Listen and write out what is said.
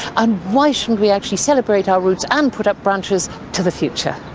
and why shouldn't we actually celebrate our roots, and put up branches to the future?